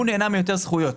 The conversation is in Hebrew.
הוא נהנה מיותר זכויות.